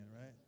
right